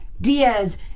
Diaz